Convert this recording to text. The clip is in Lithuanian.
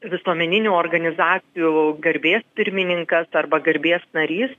visuomeninių organizacijų garbės pirmininkas arba garbės narys